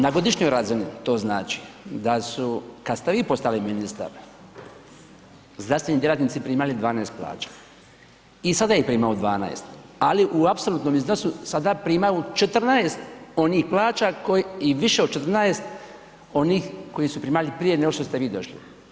Na godišnjoj razini to znači kada ste vi postali ministar zdravstveni djelatnici primali 12 plaća i sada ih primaju 12, ali u apsolutnom iznosu sada primaju 14 onih plaća i više od 14 onih koji su primali prije nego što ste vi došli.